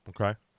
okay